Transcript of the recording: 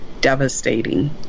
devastating